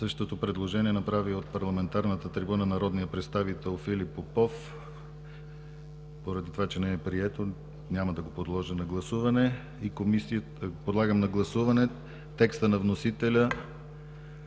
Същото предложение направи от парламентарната трибуна народният представител Филип Попов. Поради това, че не е прието, няма да го подложа на гласуване. Подлагам на гласуване текста на вносителя,